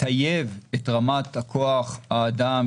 לטייב את רמת כוח האדם